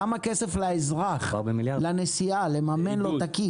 כמה כסף לאזרח, לנסיעה, לממן לו את הכיס?